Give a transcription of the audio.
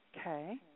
Okay